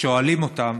שואלים אותם